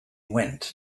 went